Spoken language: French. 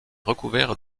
recouvert